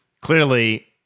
Clearly